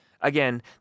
Again